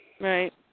Right